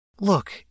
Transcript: Look